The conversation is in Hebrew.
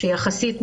יחסית,